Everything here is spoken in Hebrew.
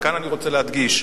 וכאן אני רוצה להדגיש,